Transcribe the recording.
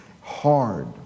hard